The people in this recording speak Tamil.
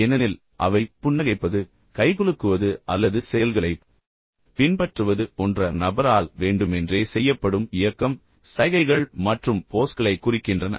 ஏனெனில் அவை புன்னகைப்பது கைகுலுக்குவது அல்லது செயல்களைப் பின்பற்றுவது போன்ற நபரால் வேண்டுமென்றே செய்யப்படும் இயக்கம் சைகைகள் மற்றும் போஸ்களைக் குறிக்கின்றன